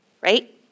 right